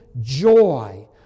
joy